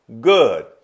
good